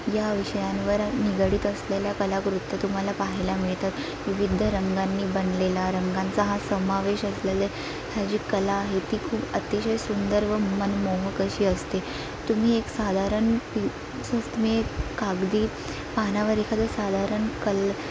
या विषयांवर निगडित असलेल्या कलाकृतीं तुम्हाला पाहायला मिळतात विविध रंगांनी बनलेला रंगांचा हा समावेश असलेले हा जी कला आहे ती खूप अतिशय सुंदर व मनमोहक अशी असते तुम्ही एक साधारण असंच तुम्ही एक कागदी पानावर एखादं साधारम कल